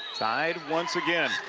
tied once again.